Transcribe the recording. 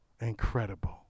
incredible